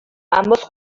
ambos